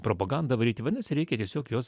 propagandą varyti vadinasi reikia tiesiog juos